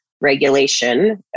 regulation